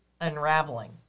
unraveling